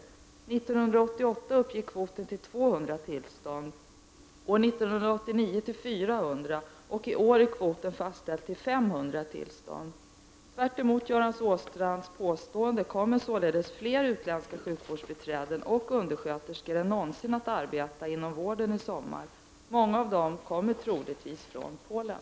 År 1988 uppgick kvoten till 200 tillstånd, år 1989 till 400 och i år är kvoten fastställd till 500 tillstånd. Tvärtemot Göran Åstrands påstående kommer således fler utländska sjukvårdsbiträden och undersköterskor än någonsin att arbeta inom vården i sommar. Många av dem kommer troligtvis från Polen.